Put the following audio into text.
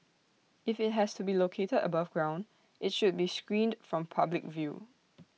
if IT has to be located above ground IT should be screened from public view